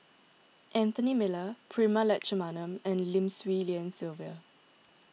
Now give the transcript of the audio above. Anthony Miller Prema Letchumanan and Lim Swee Lian Sylvia